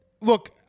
Look